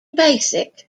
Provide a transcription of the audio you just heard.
basic